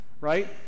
right